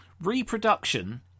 Reproduction